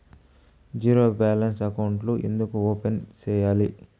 zero balance అకౌంట్లు ఎందుకు open సేయాలి